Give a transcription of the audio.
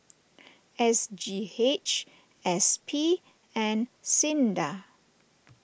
S G H S P and Sinda